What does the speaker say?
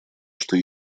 что